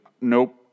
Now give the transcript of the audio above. nope